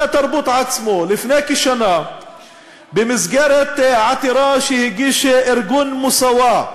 התרבות עצמו לפני כשנה במסגרת עתירה שהגיש ארגון "מוסאוא"